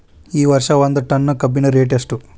ಈ ವರ್ಷ ಒಂದ್ ಟನ್ ಕಬ್ಬಿನ ರೇಟ್ ಎಷ್ಟು?